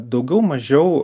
daugiau mažiau